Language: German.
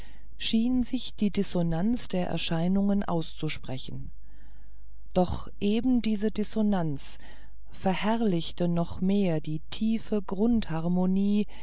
schien sich die dissonanz der erscheinungen auszusprechen doch eben diese dissonanz verherrlichte nur noch mehr die tiefe